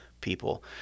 people